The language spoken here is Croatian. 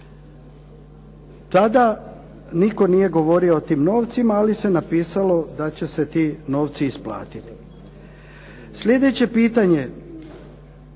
Tada nitko nije govorio o tim novcima, ali se napisalo da će se ti novci isplatiti. Sljedeće pitanje